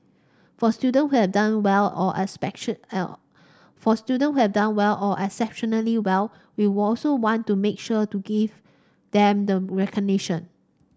for students who have done well or for students who have done well or exceptionally well we also want to make sure to give them the recognition